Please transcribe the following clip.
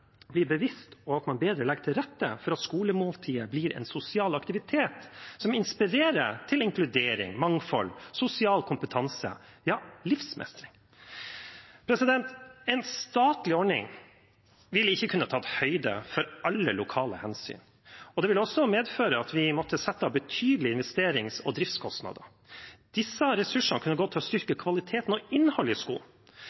blir bevisste, og at man bedre legger til rette for at skolemåltidet blir en sosial aktivitet som inspirerer til inkludering, mangfold, sosial kompetanse – ja: livsmestring. En statlig ordning ville ikke ha kunnet ta høyde for alle lokale hensyn, og det ville også medføre at vi måtte sette av betydelige investerings- og driftskostnader. Disse ressursene kunne gått til å styrke